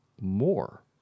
more